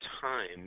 time